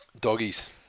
Doggies